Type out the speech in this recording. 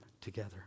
together